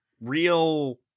real